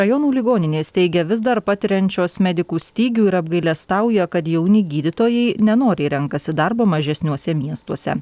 rajonų ligoninės teigia vis dar patiriančios medikų stygių ir apgailestauja kad jauni gydytojai nenoriai renkasi darbą mažesniuose miestuose